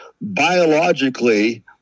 biologically